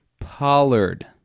Pollard